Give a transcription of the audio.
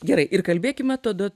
gerai ir kalbėkime tada